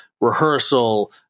rehearsal